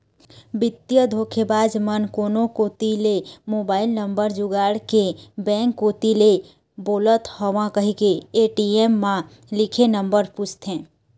बित्तीय धोखेबाज मन कोनो कोती ले मोबईल नंबर जुगाड़ के बेंक कोती ले बोलत हव कहिके ए.टी.एम म लिखे नंबर पूछथे